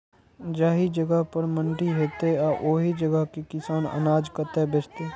जाहि जगह पर मंडी हैते आ ओहि जगह के किसान अनाज कतय बेचते?